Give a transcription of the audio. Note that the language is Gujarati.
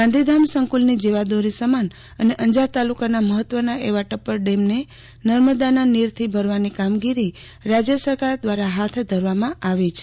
ગાંધીધામ સંકૂલની જીવાદોરી સમાન અને અંજાર તાલુકાના મહત્ત્વના એવા ટપ્પર ડેમને નર્મદાનાં નીરથી ભરવાની કામગીરી રાજ્ય સરકાર દ્વારા હાથ ધરવામાં આવી છે